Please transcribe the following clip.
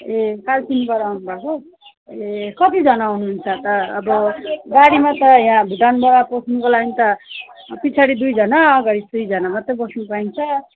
ए कालचिनीबाट आउनुभएको ए कतिजना आउनुहुन्छ त अब गाडीमा त यहाँ भुटानबाट पस्नुको लागिन् त पिछाडि दुईजना अगाडि दुईजना मात्रै बस्नु पाइन्छ